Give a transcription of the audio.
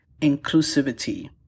inclusivity